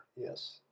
Yes